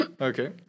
Okay